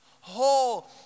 whole